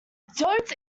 don’t